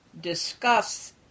discuss